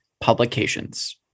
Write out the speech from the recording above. Publications